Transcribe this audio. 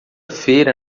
feira